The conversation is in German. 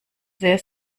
sehr